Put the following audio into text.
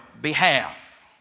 behalf